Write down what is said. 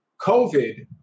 COVID